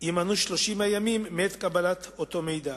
יימנו 30 הימים מעת קבלת אותו מידע,